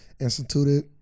instituted